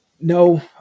no